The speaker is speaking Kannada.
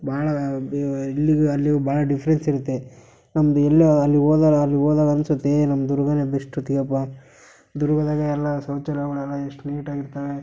ಭಾಳ ಬೇ ಇಲ್ಲಿಗೂ ಅಲ್ಲಿಗೂ ಭಾಳ ಡಿಫ್ರೆನ್ಸ್ ಇರುತ್ತೆ ನಮ್ದು ಎಲ್ಲೇ ಅಲ್ಲಿ ಹೋದಾಗ ಅಲ್ಲಿ ಹೋದಾಗ ಅನ್ಸುತ್ತೆ ಏಯ್ ನಮ್ಮ ದುರ್ಗನೇ ಬೆಸ್ಟೊತ್ತಿಗೆ ಅಪ್ಪ ದುರ್ಗದಾಗೆ ಎಲ್ಲ ಶೌಚಾಲಯಗಳೆಲ್ಲ ಎಷ್ಟು ನೀಟಾಗಿರ್ತವೆ